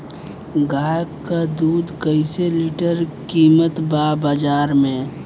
गाय के दूध कइसे लीटर कीमत बा बाज़ार मे?